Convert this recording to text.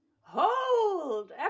Hold